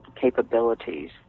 capabilities